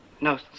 No